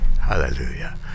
Hallelujah